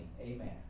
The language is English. Amen